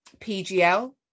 PGL